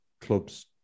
clubs